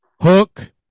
Hook